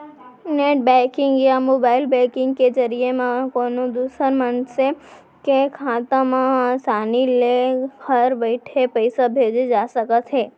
net banking या mobile banking के जरिए म कोनों दूसर मनसे के खाता म आसानी ले घर बइठे पइसा भेजे जा सकत हे